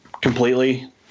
completely